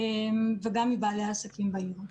וגם מבעלי עסקים בעיר.